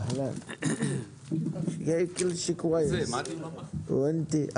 הישיבה ננעלה בשעה 11:24.